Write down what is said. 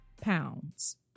pounds